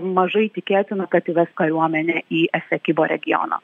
mažai tikėtina kad įves kariuomenę į esekibo regioną